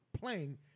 playing